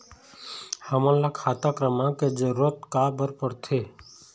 हमन ला खाता क्रमांक के जरूरत का बर पड़थे?